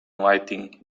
lighting